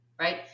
right